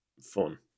fun